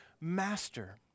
master